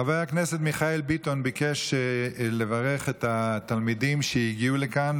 חבר הכנסת מיכאל ביטון ביקש לברך את התלמידים שהגיעו לכאן.